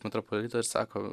metropolitą ir sako